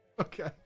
Okay